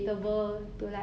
那个 ending